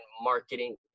marketing